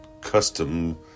custom